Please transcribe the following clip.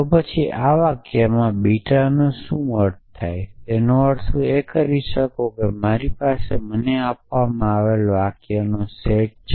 તો પછી આ વાક્યમાં બીટાનો શું અર્થ છે તેનો અર્થ એ કરી શકું છું કે મારી પાસે મને આપવામાં આવેલા વાક્યોનો સેટ છે